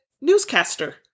newscaster